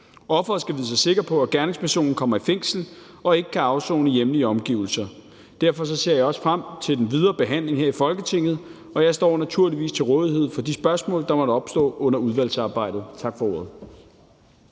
Offeret skal vide sig sikker på, at gerningspersonen kommer i fængsel og ikke kan afsone i hjemlige omgivelser. Derfor ser jeg også frem til den videre behandling her i Folketinget, og jeg står naturligvis til rådighed for at svare på de spørgsmål, der måtte opstå under udvalgsarbejdet. Tak for ordet.